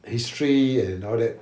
history and all that